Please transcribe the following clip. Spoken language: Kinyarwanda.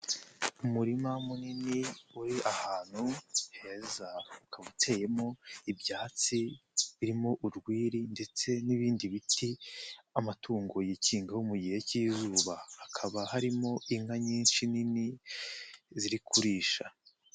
Umurima munini uri ahantu heza, ukaba uteyemo ibyatsi birimo urwiri ndetse n'ibindi biti amatungo yikinga mu gihe cy'izuba, hakaba harimo inka nyinshi nini ziri kurisha.